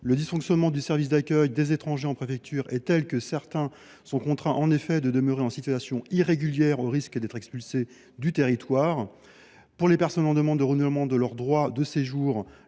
Le dysfonctionnement du service d’accueil des étrangers en préfecture est tel que certains sont en effet contraints de demeurer en situation irrégulière, au risque d’être expulsés du territoire. Pour les personnes voulant demander le renouvellement de leur droit au séjour,